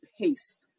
pace